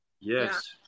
yes